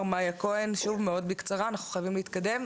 מי שיודע לא מתקרב לסוכנויות